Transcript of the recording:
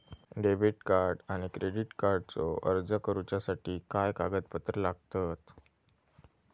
Debit आणि credit कार्डचो अर्ज करुच्यासाठी काय कागदपत्र लागतत?